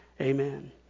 Amen